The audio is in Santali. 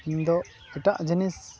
ᱤᱧ ᱫᱚ ᱮᱴᱟᱜ ᱡᱤᱱᱤᱥ